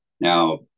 Now